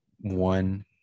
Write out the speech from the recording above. one